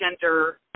gender